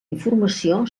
informació